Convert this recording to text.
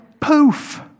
Poof